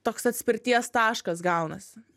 toks atspirties taškas gaunasi